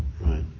right